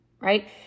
right